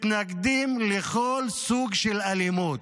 מתנגדים לכל סוג של אלימות,